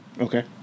okay